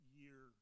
year